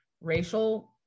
racial